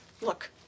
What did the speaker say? Look